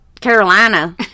Carolina